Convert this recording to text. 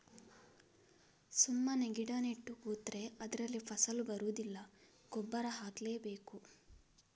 ಸುಮ್ಮನೆ ಗಿಡ ನೆಟ್ಟು ಕೂತ್ರೆ ಅದ್ರಲ್ಲಿ ಫಸಲು ಬರುದಿಲ್ಲ ಗೊಬ್ಬರ ಹಾಕ್ಲೇ ಬೇಕು